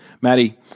Maddie